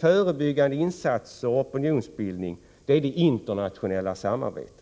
förebyggande insatser och opinionsbildning samt det internationella samarbetet.